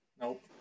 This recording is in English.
Nope